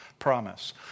promise